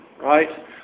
right